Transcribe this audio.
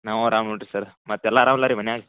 ನಾವು ಆರಾಮಲ್ಲ ರೀ ಸರ್ರ ಮತ್ತೆಲ್ಲ ಆರಾಮಲ್ವ ರೀ ಮನ್ಯಾಗೆ